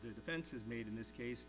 the defense has made in this case